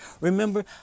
Remember